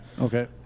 okay